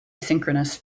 asynchronous